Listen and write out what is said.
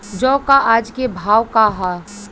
जौ क आज के भाव का ह?